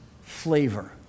flavor